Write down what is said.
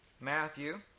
Matthew